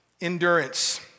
Endurance